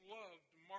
loved